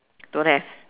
don't have